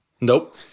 Nope